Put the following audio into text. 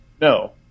No